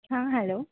ಹಾಂ ಹಲೋ